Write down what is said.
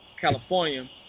California